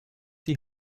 die